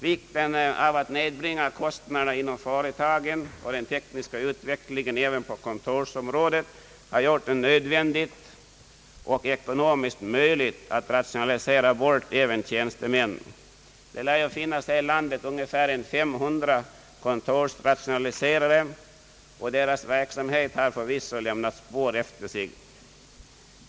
Vikten av att nedbringa kostnaderna inom företagen och den tekniska utvecklingen även på kontorsområdet har gjort det nödvändigt och ekonomiskt möjligt att rationalisera bort även tjänstemän. Det lär här i landet finnas ungefär 500 kontorsrationaliserare, och deras verksamhet har förvisso lämnat spår efter sig.